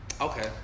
Okay